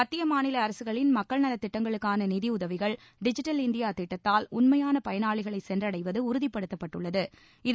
மத்திய மாநில அரசுகளின் மக்கள் நலத் திட்டங்களுக்கான நிதியுதவிகள் டிஜிட்டல் இந்தியா திட்டத்தால் உண்மையான பயனாளிகளை சென்றடைவது உறுதிப்படுத்தப்பட்டுள்ளது